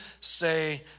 say